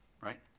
right